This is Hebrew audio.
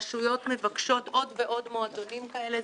רשויות מבקשות עוד ועוד מועדונים כאלה.